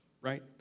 Right